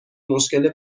مشکل